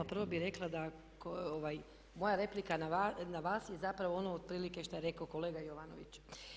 Prvo bih rekla da moja replika na vas je zapravo ono otprilike što je rekao kolega Jovanović.